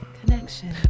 connection